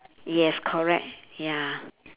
yes correct ya